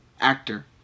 actor